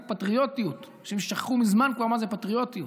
"פטריוטיות" כשהם שכחו מזמן כבר מה זה פטריוטיות.